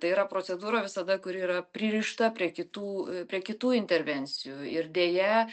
tai yra procedūra visada kuri yra pririšta prie kitų prie kitų intervencijų ir deja